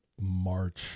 March